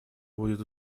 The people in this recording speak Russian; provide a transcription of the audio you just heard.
будет